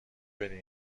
بدین